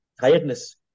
tiredness